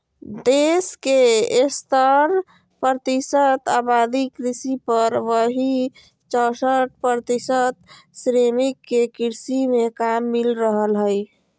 देश के सत्तर प्रतिशत आबादी कृषि पर, वहीं चौसठ प्रतिशत श्रमिक के कृषि मे काम मिल रहल हई